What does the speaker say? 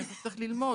ואני חושב שצריך ללמוד,